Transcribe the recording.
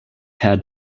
had